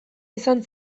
izan